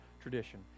tradition